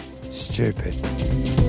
Stupid